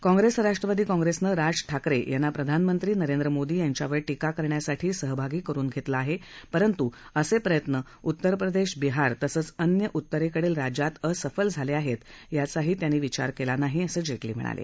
काँप्रेस राष्ट्रवादी काँप्रेसनं राज ठाकरे यांना प्रधानमंत्री नरेंद्र मोदी यांच्यावर टीका करण्यासाठी सहभागी करुन घेतलं आहे परंतू असे प्रयत्न उत्तर प्रदेश बिहार तसंच अन्य उत्तरेकडील राज्यात असफल झाले आहेत याचा त्यांनी विचारही केला नाही असं जेटली म्हणाले